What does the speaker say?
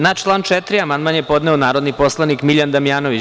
Na član 4. amandman je podneo narodni poslanik Miljan Damjanović.